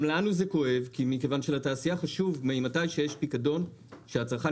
גם לנו זה כואב מכיוון שגם לתעשייה חשוב שהצרכן יקבל את הפיקדון חזרה.